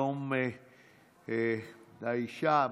יום האישה,